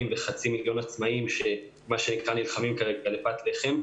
וחצי מיליון עצמאים שנלחמים כרגע לפת לחם.